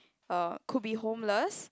uh could be homeless